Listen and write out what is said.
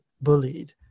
bullied